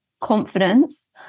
confidence